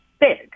big